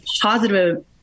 positive